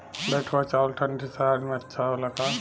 बैठुआ चावल ठंडी सह्याद्री में अच्छा होला का?